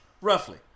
Roughly